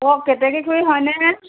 অ কেতেকী খুড়ী হয়নে